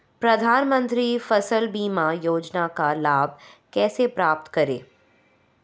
प्रधानमंत्री फसल बीमा योजना का लाभ कैसे प्राप्त करें?